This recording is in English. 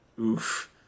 oof